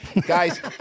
guys